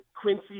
Quincy